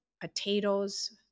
potatoes